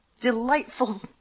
delightful